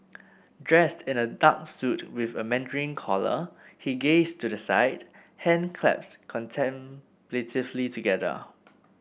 dressed in a dark suit with a mandarin collar he gazed to the side hand clasped contemplatively together